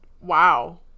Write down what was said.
wow